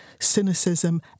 cynicism